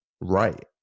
right